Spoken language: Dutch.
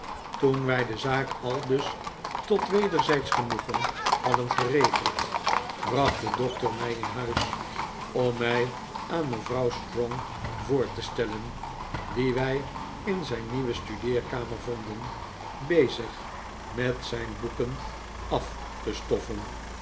toen wij de zaak aldus tot wederzijdsch genoegen hadden geregeld bracht de doctor mij in huis om mij aan mevrouw strong voor te stellen die wij in zijn nieuwe studeerkamer vonden bezig met zijn boeken af te stoffen